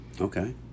okay